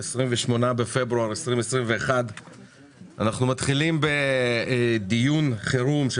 28 בפברואר 2022. אנחנו מתחילים בדיון חירום של